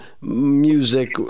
music